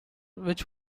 which